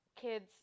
kids